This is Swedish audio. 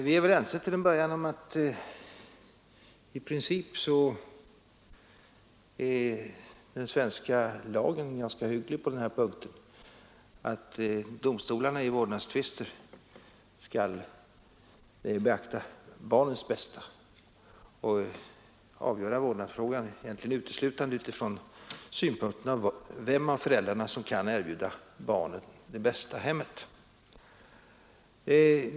Vi är till en början ense om att i princip är den svenska lagen ganska hygglig på den här punkten — att domstolarna i vårdnadstvister skall beakta barnens bästa och avgöra vårdnadsfrågan egentligen uteslutande utifrån synpunkten vem av föräldrarna som kan erbjuda barnen det bästa hemmet.